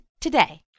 today